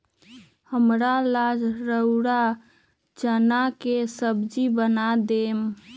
हमरा ला रउरा चना के सब्जि बना देम